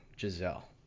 Giselle